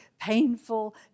painful